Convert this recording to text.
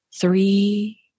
Three